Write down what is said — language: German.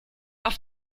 auf